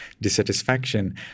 dissatisfaction